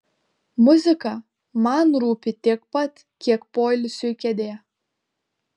muzika man rūpi tiek pat kiek poilsiui kėdė